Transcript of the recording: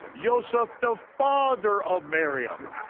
yoseph the father of miriam.